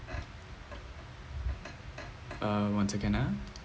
uh one second ah